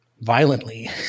violently